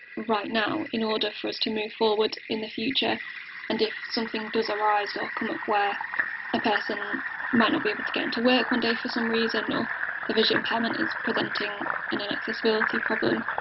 right now, in order for us to move forward in the future and if something does arise or come up where a person might not be able to get into work one day for some reason or their visual impairment is presenting an inaccessibility problem,